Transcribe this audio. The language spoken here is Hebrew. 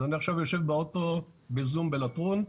אני יושב באוטו בזום בלטרון.